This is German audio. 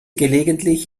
gelegentlich